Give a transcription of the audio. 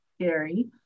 scary